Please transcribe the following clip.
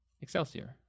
Excelsior